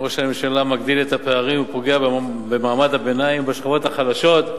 ראש הממשלה מגדיל את הפערים ופוגע במעמד הביניים ובשכבות החלשות,